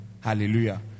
Hallelujah